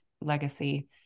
legacy